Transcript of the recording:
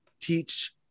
teach